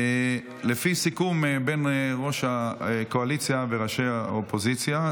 לפי סיכום בין ראש הקואליציה וראשי האופוזיציה,